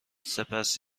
سپس